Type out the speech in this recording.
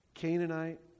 Canaanite